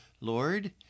Lord